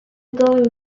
going